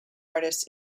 artists